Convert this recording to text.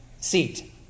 seat